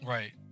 Right